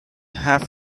half